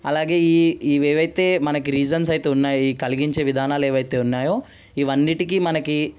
అలాగే ఈ ఏవైతే మనకి రీసన్స్ అయితే ఉన్నాయి కలిగించే విధానాలు ఏవైతే ఉన్నాయో ఇవన్నీ మనకి